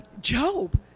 Job